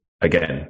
again